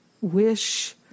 wish